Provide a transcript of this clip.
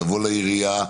לבוא לעירייה,